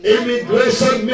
Immigration